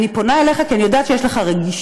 אני פונה אליך כי אני יודעת שיש לך רגישות: